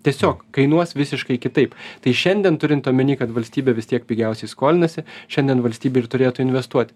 tiesiog kainuos visiškai kitaip tai šiandien turint omeny kad valstybė vis tiek pigiausiai skolinasi šiandien valstybė ir turėtų investuot